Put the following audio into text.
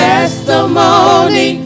Testimony